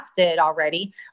already